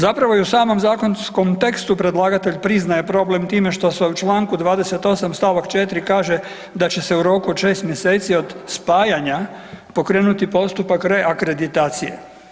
Zapravo i u samom zakonskom tekstu predlagatelj priznaje problem time što se u čl. 28. st. 4. kaže da će se u roku od 6 mjeseci od spajanja pokrenuti postupak reakreditacije.